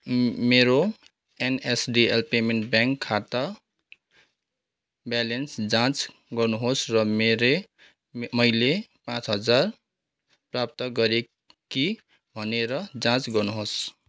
मेरो NSDL payment bank खाता balance जाँच गर्नुहोस् र मेरे मैले पाँच हजार प्राप्त गरेँ कि भनेर जाँच गर्नुहोस्